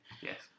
Yes